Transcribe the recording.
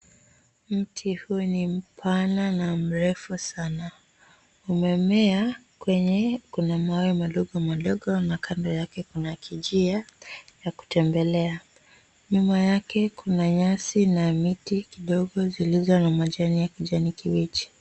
Mti huu ni mpana na mrefu sana umemea kwenye mawe madogo madogo na kando yake kuna kinjia ya kutembelea nyuma yake kuna nyasi na miti kidogo zilizo na majani ya kijani kibichi.